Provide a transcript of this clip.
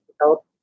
help